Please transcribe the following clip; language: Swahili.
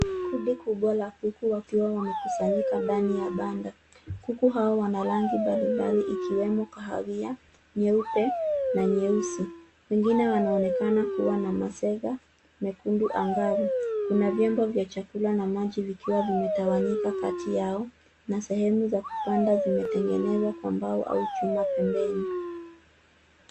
Kundi kubwa la kuku wakiwa wamekusanyika ndani ya banda. Kuku hawa wana rangi mbalimbali ikiwemo kahawia, nyeupe na nyeusi. Wengine wanaonekana kuwa na masega mekundu angavu. Kuna vyombo vya chakula na maji vikiwa vimetawanyika kati yao na sehemu za kupanda vimetengenezwa kwa mbao au chuma pembeni.